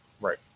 Right